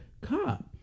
cop